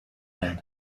men